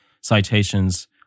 citations